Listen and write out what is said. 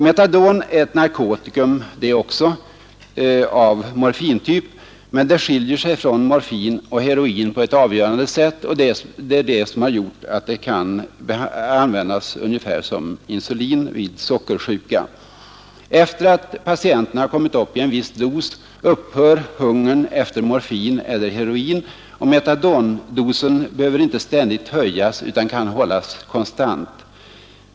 Metadon är också ett narkotikum av morfintyp, men det skiljer sig från morfin och heroin på ett avgörande sätt, och det är detta som gjort att det kan användas ungefär som insulin vid sockersjuka. Efter det att patienten har kommit upp i en viss dos, upphör hungern efter morfin eller heroin, och metadondosen behöver inte ständigt höjas utan kan hållas konstant.